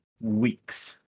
weeks